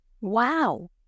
wow